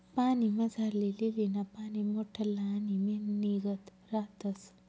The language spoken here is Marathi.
पाणीमझारली लीलीना पाने मोठल्ला आणि मेणनीगत रातस